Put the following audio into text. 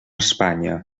espanya